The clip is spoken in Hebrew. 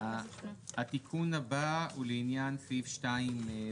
התיקון הבא הוא לעניין סעיף 2(ו).